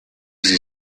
sie